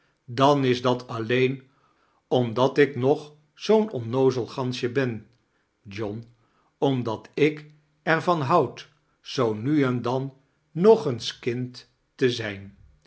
dan is dat alleen omdat ik nog zoo'n onnoozel gansje ben john omdat ik er van houd izoo nu en dan nog eens kind te zijn